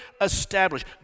established